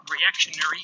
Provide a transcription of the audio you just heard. reactionary